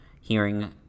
hearing